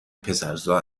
پسرزا